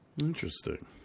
Interesting